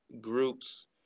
groups